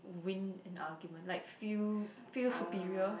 win an argument like feel feel superior